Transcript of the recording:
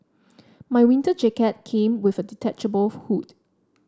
my winter jacket came with a detachable hood